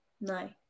no